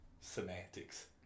semantics